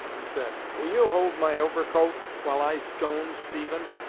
he said, will you hold my overcoat while i stone stephen?